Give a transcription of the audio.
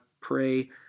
pray